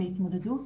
התמודדות,